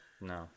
no